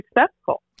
successful